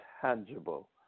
tangible